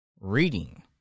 reading